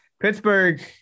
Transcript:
Pittsburgh